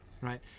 Right